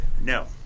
No